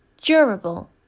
durable